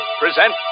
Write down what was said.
present